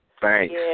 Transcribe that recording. Thanks